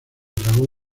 dragón